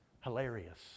hilarious